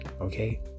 okay